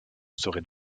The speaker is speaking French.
serait